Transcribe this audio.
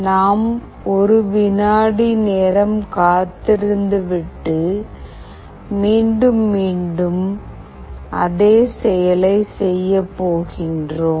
நாம் 1 விநாடி நேரம் காத்திருந்து விட்டு மீண்டும் மீண்டும் அதே செயலைச் செய்ய போகின்றோம்